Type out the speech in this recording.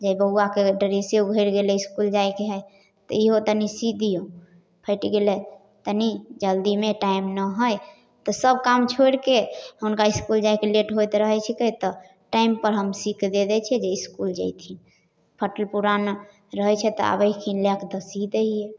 जे बौआके ड्रेसे उघरि गेलै इसकुल जाइके हइ तऽ इहो तनी सी दिऔ फटि गेलै तनि जल्दीमे टाइम नहि हइ तऽ सब काम छोड़िके हुनका इसकुल जाइके लेट होइत रहै छिकै तऽ टाइमपर हम सीके दे दै छिए जे इसकुल जेथिन फटल पुरान रहै छै तऽ आबै हथिन लै कऽ तऽ सी दै हिए